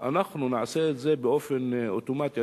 נעשה את זה באופן אוטומטי.